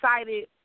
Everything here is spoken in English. excited